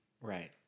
Right